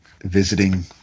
visiting